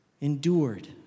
endured